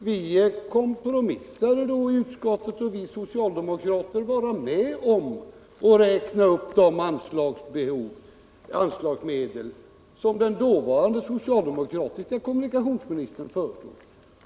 Vi kompromissade då i utskottet, och vi socialdemokrater fick vara med om att räkna upp de anslagsmedel som den dåvarande kommunikationsministern föreslog.